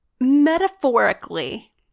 metaphorically